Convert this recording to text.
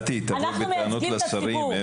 קטי, תבואי בטענות לשרים.